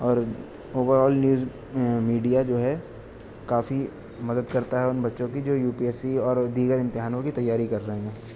اور overall news media جو ہے کافی مدد کرتا ہے ان بچوں کی جو یو پی ایس سی اور دیگر امتحانوں کی تیاری کر رہے ہیں